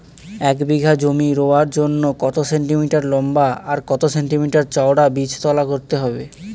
এক বিঘা জমি রোয়ার জন্য কত সেন্টিমিটার লম্বা আর কত সেন্টিমিটার চওড়া বীজতলা করতে হবে?